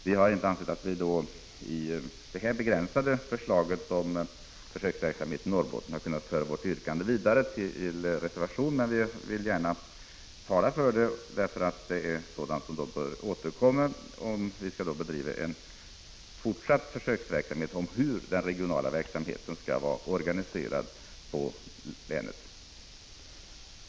Vi har inte ansett att vi i fråga om det här begränsade förslaget om försöksverksamhet i Norrbotten har kunnat föra vårt yrkande vidare till reservation, men vi vill gärna tala för det, eftersom det är sådant som återkommer, om vi skall bedriva en fortsatt försöksverksamhet beträffande hur den regionala verksamheten skall vara organiserad i länet.